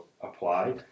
apply